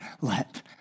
let